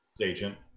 agent